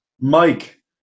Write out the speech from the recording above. Mike